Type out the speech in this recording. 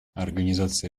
организация